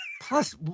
Plus